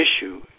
issue